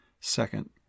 Second